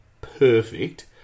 perfect